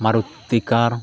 Maruti ᱠᱟᱨ